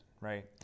right